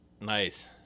Nice